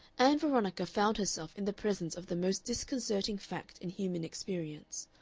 ann veronica found herself in the presence of the most disconcerting fact in human experience,